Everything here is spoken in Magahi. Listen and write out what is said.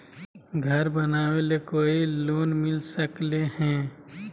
घर बनावे ले कोई लोनमिल सकले है?